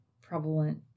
prevalent